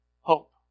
hope